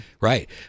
Right